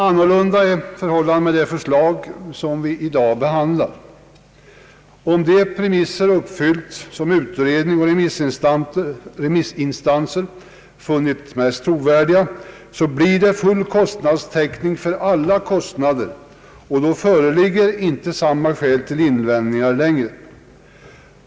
Förhållandet är annorlunda beträffande det förslag vi i dag diskuterar. Om de premisser uppfylls, vilka utredningen och remissinstanserna funnit mest trovärdiga, åstadkommes full kostnadstäckning, varför tidigare skäl för invändningar inte längre föreligger.